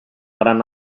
gran